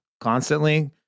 constantly